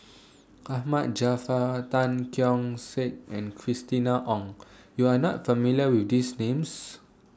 Ahmad Jaafar Tan Keong Saik and Christina Ong YOU Are not familiar with These Names